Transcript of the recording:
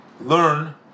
learn